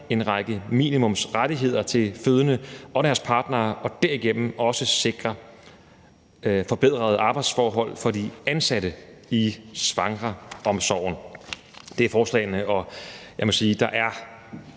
en række minimumsrettigheder til fødende og deres partnere og derigennem også sikre forbedrede arbejdsforhold for de ansatte i svangreomsorgen. Det er forslagene, og jeg må sige, at jeg